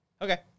Okay